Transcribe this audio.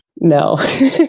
No